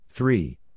Three